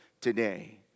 today